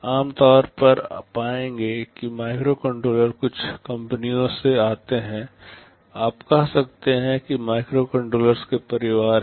आमतौर पर आप पाएंगे कि माइक्रोकंट्रोलर कुछ कंपनियों से आते हैं आप कह सकते हैं कि ये माइक्रोकंट्रोलर्स के परिवार हैं